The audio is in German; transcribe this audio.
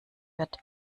wird